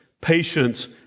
patience